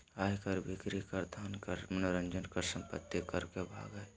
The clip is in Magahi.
आय कर, बिक्री कर, धन कर, मनोरंजन कर, संपत्ति कर भाग हइ